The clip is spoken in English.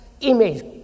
image